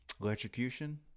Electrocution